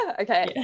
Okay